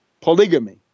polygamy